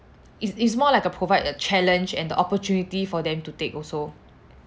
it's it's more like a provide a challenge and the opportunity for them to take also